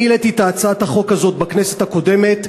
אני העליתי את הצעת החוק הזאת בכנסת הקודמת.